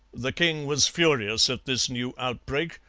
the king was furious at this new outbreak,